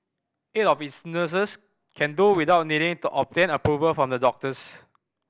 eight of its nurses can do without needing to obtain approval from the doctors